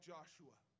Joshua